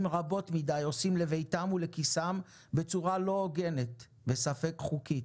רבות מדי עושים לביתם ולכיסם בצורה לא הוגנת וספק חוקית